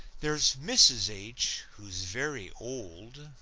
there's mrs. h. who's very old,